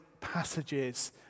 passages